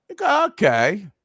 Okay